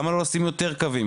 למה לא לשים יותר קווים,